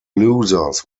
losers